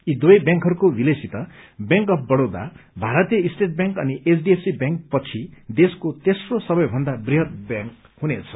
यी दुवै ब्यांकहरूको विलयसित व्यांक अफ् बड़ौदा भारतीय स्टेट बयांक अनि एचडीएफसी व्यांक पछि देशको तेस्रो सबैभन्दा वृहत ब्यांक हुनेछ